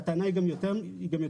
הטענה היא גם יותר מזה,